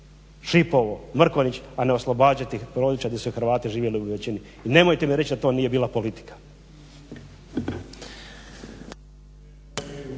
Šipovi, Mrkonjić a ne oslobađati područja gdje su Hrvati živjeli u većini. I nemojte mi reći da to nije bila politika.